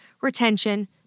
retention